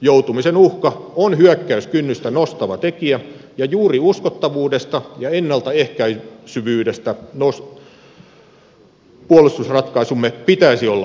joutumisen uhka on hyökkäyskynnystä nostava tekijä ja juuri uskottavuudesta ja ennaltaehkäisevyydestä puolustusratkaisussamme pitäisi olla kyse